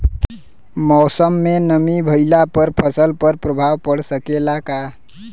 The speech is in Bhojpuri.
मौसम में नमी भइला पर फसल पर प्रभाव पड़ सकेला का?